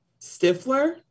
Stifler